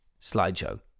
slideshow